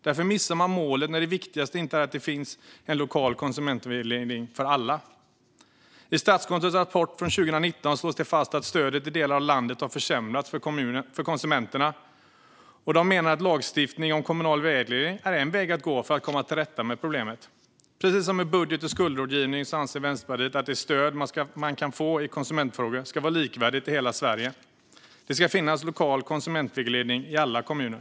Därför missar man målet när det viktigaste inte är att det finns en lokal konsumentvägledning för alla. I Statskontorets rapport från 2019 slås det fast att stödet i delar av landet har försämrats för konsumenterna. De menar att lagstiftning om kommunal vägledning är en väg att gå för att komma till rätta med problemet. Precis som när det gäller budget och skuldrådgivning anser Vänsterpartiet att det stöd man kan få i konsumentfrågor ska vara likvärdigt i hela Sverige. Det ska finnas lokal konsumentvägledning i alla kommuner.